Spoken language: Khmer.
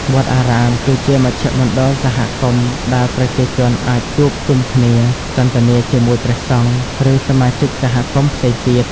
វត្តអារាមគឺជាមជ្ឈមណ្ឌលសហគមន៍ដែលប្រជាជនអាចជួបជុំគ្នា សន្ទនាជាមួយព្រះសង្ឃ ឬសមាជិកសហគមន៍ផ្សេងទៀត។